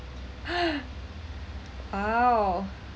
!wow!